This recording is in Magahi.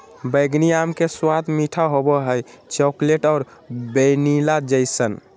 बैंगनी आम के स्वाद मीठा होबो हइ, चॉकलेट और वैनिला जइसन